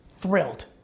Thrilled